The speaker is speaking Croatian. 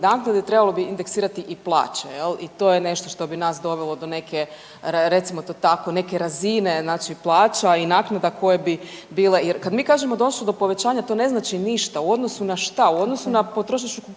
naknade, trebalo bi indeksirati i plaće, je li, i to je nešto što bi nas dovelo do neke, recimo to tako, neke razine znači plaća i naknada koje bi bile, jer kad mi kažemo došlo je do povećanja, to ne znači ništa. U odnosu na šta? U odnosu na potrošačku